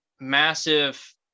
massive